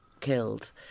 killed